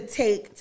take